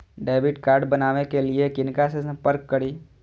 Debit card बनावे के लिए किनका से संपर्क करी?